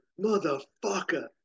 motherfucker